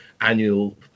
annual